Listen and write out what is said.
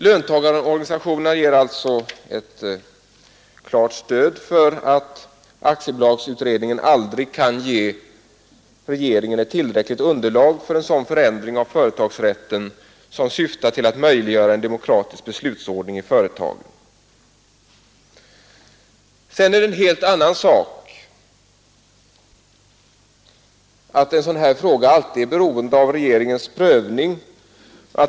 Löntagarorganisationerna ger alltså ett klart stöd för uppfattningen att aktiebolagslagsutredningen aldrig kan ge regeringen ett tillräckligt underlag för en förändring av företagsrätten som syftar till att möjliggöra en demokratisk beslutsordning i företagen. Sedan är det en helt annan sak att en sådan fråga alltid är beroende av regeringens prövning.